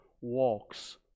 walks